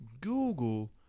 Google